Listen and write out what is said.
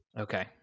okay